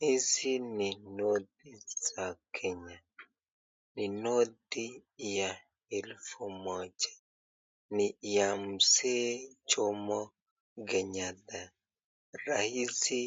Hizi ni noti za Kenya. Ni noti ya elfu moja. Ni ya mzee Jomo Kenyatta, raisi